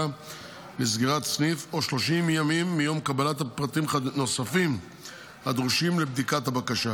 לסגירת סניף או 30 ימים מיום קבלת פרטים נוספים הדרושים לבדיקת הבקשה,